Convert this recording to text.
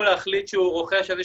הוא יכול גם להחליט שהוא רוכש איזה